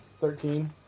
Thirteen